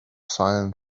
silent